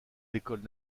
l’école